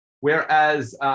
Whereas